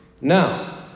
Now